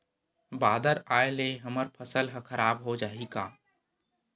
बादर आय ले हमर फसल ह खराब हो जाहि का?